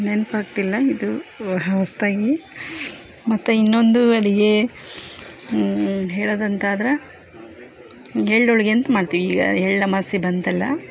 ನೆನ್ಪಾಗ್ತಿಲ್ಲ ಇದು ಹೊಸ್ತಾಗಿ ಮತ್ತು ಇನ್ನೊಂದು ಅಡಿಗೆ ಹೇಳೋದಂತಾದ್ರ ಎಳ್ಳು ಹೋಳಿಗೇಂತ್ ಮಾಡ್ತೀವಿ ಈಗ ಎಳ್ಳಮಾಸ್ಯೆ ಬಂತಲ್ಲ